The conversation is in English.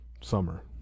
summer